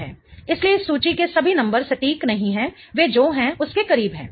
इसलिए इस सूची के सभी नंबर सटीक नहीं हैं वे जो हैं उसके करीब हैं